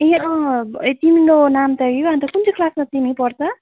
ए अँ ए तिम्रो नाम त युहान त कुनचाहिँ क्लासमा तिमी पढ्छ